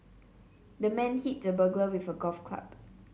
the man hit the burglar with a golf club